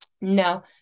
No